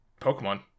Pokemon